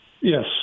Yes